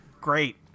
Great